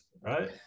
right